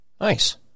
Nice